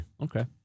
Okay